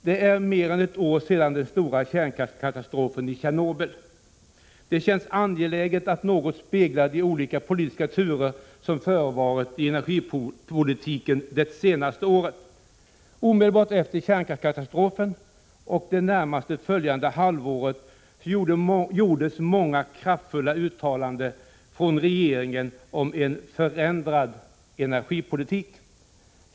Det är nu mer än ett år sedan den stora kärnkraftskatastrofen i Tjernobyl. Det känns angeläget att något spegla de olika politiska turer som förevarit i energipolitiken det senaste året. Omedelbart efter kärnkraftskatastrofen och det närmast följande halvåret gjordes många kraftfulla uttalanden från regeringen om en förändrad energipolitik.